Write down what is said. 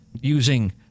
using